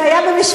זה היה במשפט.